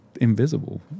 invisible